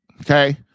Okay